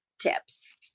tips